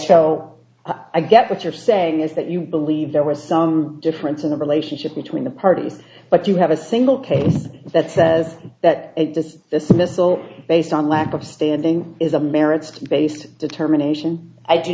so i get what you're saying is that you believe there was some difference in the relationship between the parties but you have a single case that says that it does this missile based on lack of standing is a marriage based determination i do